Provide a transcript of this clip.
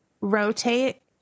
rotate